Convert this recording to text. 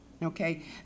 Okay